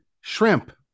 Shrimp